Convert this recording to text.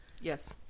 Yes